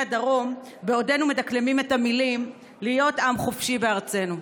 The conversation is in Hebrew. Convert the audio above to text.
הדרום בעודנו מדקלמים את המילים "להיות עם חופשי בארצנו".